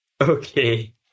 Okay